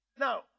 Now